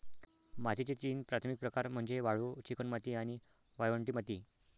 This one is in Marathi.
मातीचे तीन प्राथमिक प्रकार म्हणजे वाळू, चिकणमाती आणि वाळवंटी माती